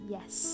Yes